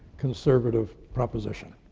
conservative proposition.